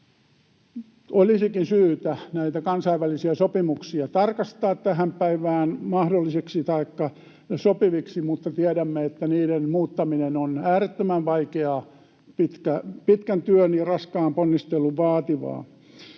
Olisikin syytä nämä kansainväliset sopimukset tarkistaa tähän päivään sopiviksi. Tiedämme, että niiden muuttaminen on äärettömän vaikeaa, pitkän työn ja raskaan ponnistelun vaativaa,